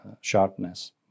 sharpness